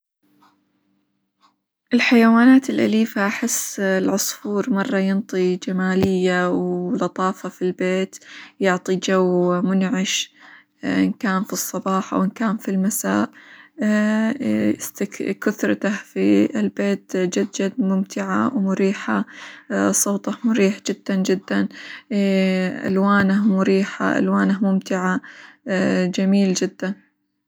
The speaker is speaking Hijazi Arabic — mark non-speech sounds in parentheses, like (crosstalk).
الحيوانات الأليفة أحس العصفور مرة ينطي جمالية، ولطافة في البيت، يعطي جو منعش إن كان في الصباح، أو إن كان في المساء، (hesitation) كثرته في البيت جد جد ممتعة، ومريحة (hesitation) صوته مريح جدًا جدًا (hesitation) ألوانه مريحة، ألوانه ممتعة (hesitation) جميل جدًا.